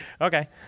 Okay